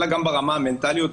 אלא גם ברמה המנטלית,